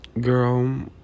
girl